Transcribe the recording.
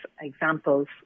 Examples